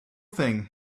thing